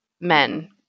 men